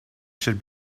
should